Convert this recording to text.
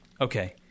okay